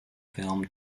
film